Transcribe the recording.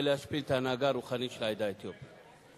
להשפיל את ההנהגה הרוחנית של העדה האתיופית?